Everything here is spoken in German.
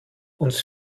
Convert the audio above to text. uns